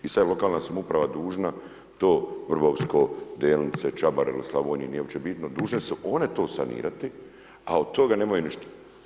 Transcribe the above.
I sad je lokalna samouprava dužna to Vrbovsko, Delnice, Čabar ili Slavonija nije uopće bitno, dužne su one to sanirati a od toga nemaju ništa.